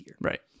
Right